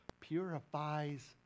purifies